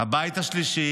הבית השלישי,